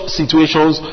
situations